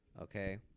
Okay